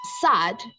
sad